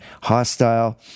hostile